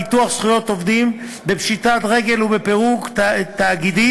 ביטוח זכויות עובדים בפשיטת רגל ובפירוק תאגיד,